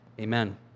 Amen